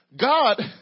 God